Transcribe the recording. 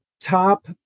top